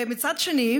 מצד אחד,